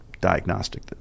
diagnostic